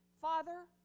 Father